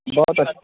بہت اچھا